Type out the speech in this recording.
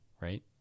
right